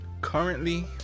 Currently